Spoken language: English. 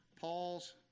Paul's